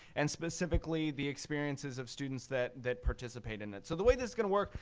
and specifically the experiences of students that that participate in it. so the way this is going to work,